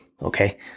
Okay